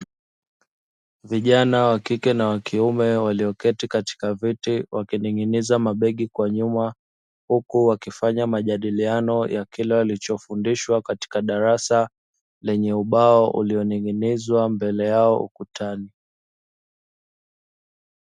Vijana wa kike na wakiume walioketi katika viti wakining'iniza mabegi kwa nyuma, huku wakifanya majadiliano ya walichofundishwa katika darasa lenye ubao ulioning'ininzwa mbele yao ukutani.